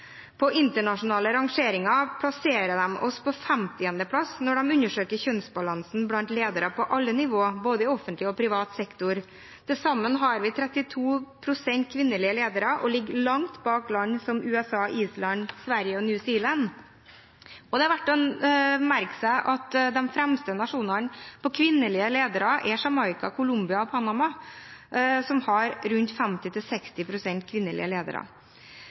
På internasjonale rangeringer plasserer de oss på 50. plass når de undersøker kjønnsbalansen blant ledere på alle nivå – i både offentlig og privat sektor. Til sammen har vi 32 pst. kvinnelige ledere og ligger langt bak land som USA, Island, Sverige og New Zealand. Det er verdt å merke seg at de nasjonene som har flest kvinnelige ledere, er Jamaica, Colombia og Panama, som har rundt 50–60 pst. kvinnelige ledere.